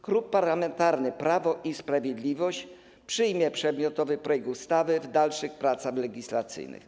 Klub Parlamentarny Prawo i Sprawiedliwość przyjmie przedmiotowy projekt ustawy w dalszych pracach legislacyjnych.